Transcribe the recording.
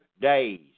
days